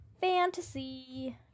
Fantasy